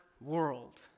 world